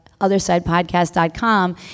Othersidepodcast.com